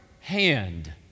hand